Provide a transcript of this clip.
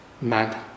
man